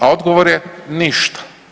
A odgovor je ništa.